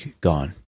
gone